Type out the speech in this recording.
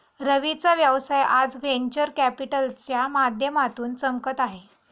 रवीचा व्यवसाय आज व्हेंचर कॅपिटलच्या माध्यमातून चमकत आहे